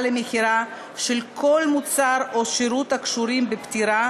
למכירה של כל מוצר או שירות הקשורים בפטירה,